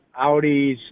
Audis